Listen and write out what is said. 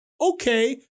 Okay